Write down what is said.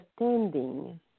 understanding